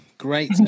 great